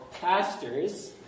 pastors